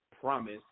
promise